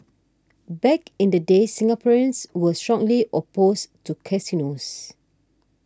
back in the day Singaporeans were strongly opposed to casinos